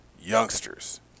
youngsters